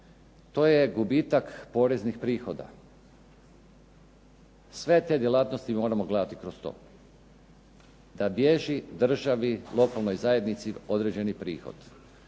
to je gubitak poreznih prihoda. Sve te djelatnosti moramo gledati kroz to da bježi državi, lokalnoj zajednici određeni prihod.